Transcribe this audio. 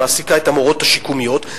שמעסיקה את המורות השיקומיות.